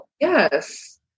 yes